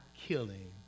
killing